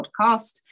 Podcast